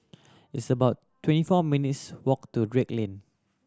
it's about twenty four minutes' walk to Drake Lane